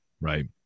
Right